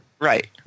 Right